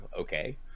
okay